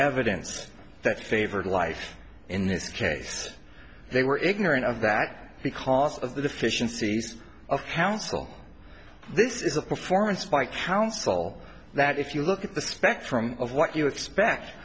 evidence that favored life in this case they were ignorant of that because of the deficiencies of counsel this is a performance by counsel that if you look at the spectrum of what you expect